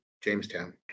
Jamestown